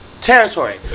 territory